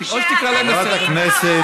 או שתקרא אותם לסדר, חברת הכנסת.